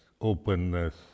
openness